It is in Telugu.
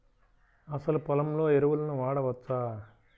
అసలు పొలంలో ఎరువులను వాడవచ్చా?